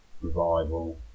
Revival